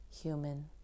human